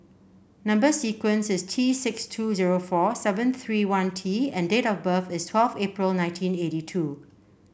number sequence is T six two zero four seven three one T and date of birth is twelve April nineteen eighty two